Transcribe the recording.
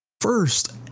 First